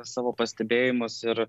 savo pastebėjimus ir